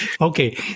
Okay